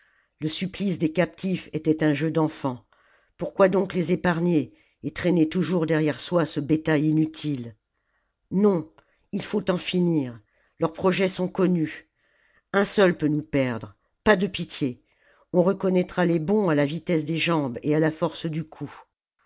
le supphce des captifs était un jeu d'enfants pourquoi donc les épargner et traîner toujours derrière soi ce bétail inutile non il faut en finir leurs projets sont connus un seul peut nous perdre pas de pitié on reconnaîtra les bons à la vitesse des jambes et à la force du coup